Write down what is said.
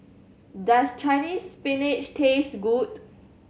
does Chinese Spinach taste good